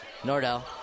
Nordell